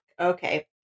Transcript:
Okay